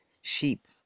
sheep